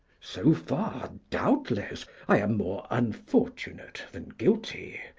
so far, doubtless, i am more unfortunate than guilty.